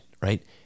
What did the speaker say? right